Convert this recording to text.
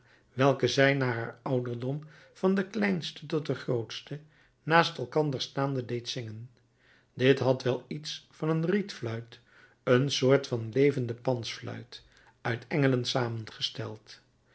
welke zij naar haar ouderdom van de kleinste tot de grootste naast elkander staande deed zingen dit had wel iets van een rietfluit een soort van levende pansfluit uit engelen samengesteld